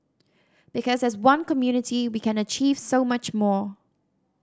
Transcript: because as one community we can achieve so much more